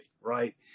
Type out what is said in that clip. Right